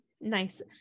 nice